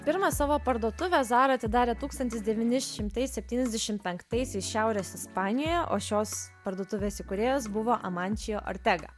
pirmą savo parduotuvę zara atidarė tūkstantis devyni šimtai septyniasdešim penktaisiais šiaurės ispanijoje o šios parduotuvės įkūrėjas buvo amančio ortega